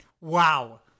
Wow